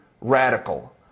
radical